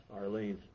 Arlene